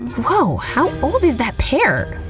woah, how old is that pear?